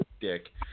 dick